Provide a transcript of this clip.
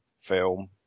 film